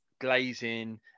glazing